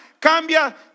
cambia